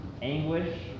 Anguish